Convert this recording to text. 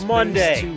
Monday